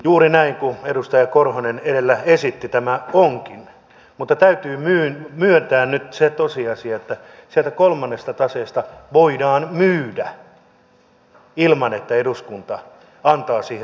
juuri näin kuin edustaja korhonen edellä esitti tämä onkin mutta täytyy myöntää nyt se tosiasia että sieltä kolmannesta taseesta voidaan myydä ilman että eduskunta antaa siihen suostumusta